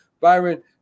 Byron